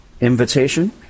invitation